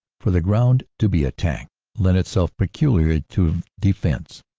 for the ground to be attacked lent itself peculiarly to defense,